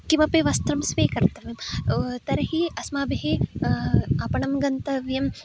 किमपि वस्त्रं स्वीकर्तव्यं तर्हि अस्माभिः आपणः गन्तव्यः